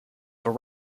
for